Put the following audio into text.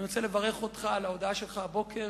אני רוצה לברך אותך על ההודעה שלך הבוקר.